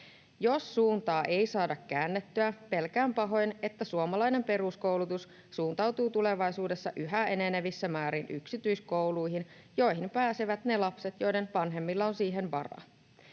Jos suuntaa ei saada käännettyä, pelkään pahoin, että suomalainen peruskoulutus suuntautuu tulevaisuudessa yhä enenevissä määrin yksityiskouluihin, joihin pääsevät ne lapset, joiden vanhemmilla on siihen varaa.